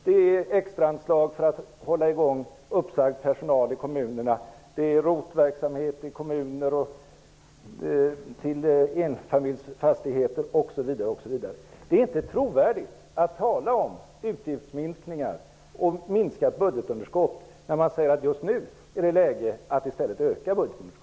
Det gäller extraanslag för att hålla i gång uppsagd personal i kommunerna, ROT-verksamhet i kommuner och för enfamiljsfastigheter osv. Det är inte trovärdigt att tala om utgiftsminskningar och minskat budgetunderskott när man säger att det är läge att öka budgetunderskottet just nu.